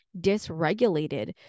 dysregulated